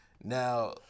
Now